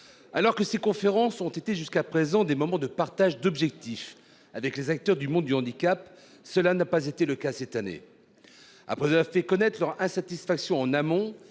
Alors que ces conférences ont été jusqu'à présent des moments de partage d'objectifs avec les acteurs du monde du handicap. Cela n'a pas été le cas cette année. Après avoir fait connaître leur insatisfaction en amont